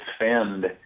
defend